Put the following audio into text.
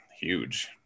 huge